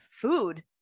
food